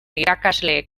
irakasleek